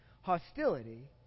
hostility